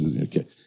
okay